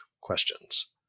questions